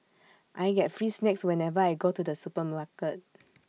I get free snacks whenever I go to the supermarket